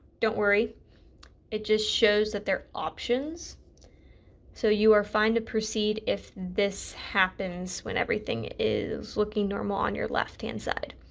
don't worry it just shows that they are options so you are fine to proceed if this happens when everything is looking normal on left hand side.